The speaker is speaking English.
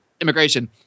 immigration